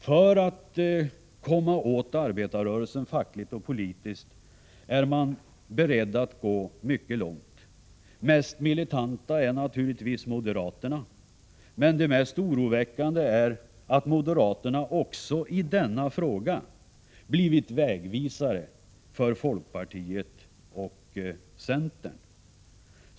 För att komma åt arbetarrörelsen fackligt och politiskt är man beredd att gå mycket långt. Mest militanta är naturligtvis moderaterna. Men det mest oroväckande är att moderaterna också i denna fråga blivit vägvisare för folkpartiet och centern.